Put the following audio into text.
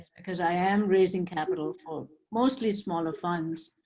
because i am raising capital for mostly smaller funds,